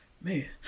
man